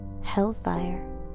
Hellfire